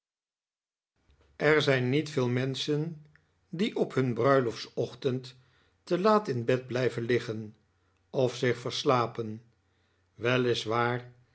er zijn niet veel menschen die op nun bruiloftsochtend te laat in bed blijven liggen of zich verslapen